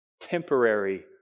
Temporary